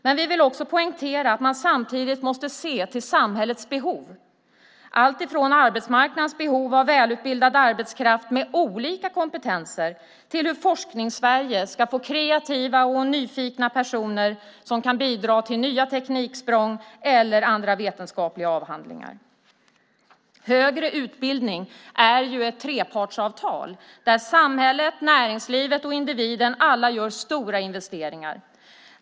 Men vi vill också poängtera att man samtidigt måste se till samhällets behov, alltifrån arbetsmarknadens behov av välutbildad arbetskraft med olika kompetenser till hur Forskningssverige ska få kreativa och nyfikna personer som kan bidra till nya tekniksprång eller andra vetenskapliga avhandlingar. Högre utbildning är ju ett trepartsavtal, där samhället, näringslivet och individen alla gör stora investeringar.